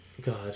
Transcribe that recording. God